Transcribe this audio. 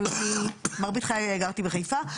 אבל מרבית חיי גרתי בחיפה,